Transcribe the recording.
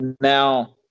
Now